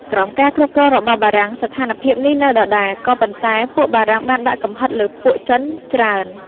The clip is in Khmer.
ក្រោមការគ្រប់គ្រងរបស់បារាំង ស្ថានភាពនេះនៅដដែល ក៏ប៉ុន្តែពួកបារាំងបានដាក់កំហិតលើពួកចិនច្រើន។